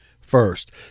first